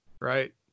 Right